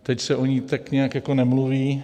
Teď se o ní tak nějak jako nemluví.